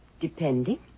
Depending